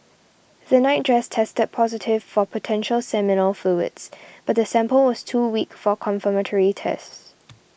the nightdress tested positive for potential seminal fluids but the sample was too weak for confirmatory tests